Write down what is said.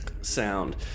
Sound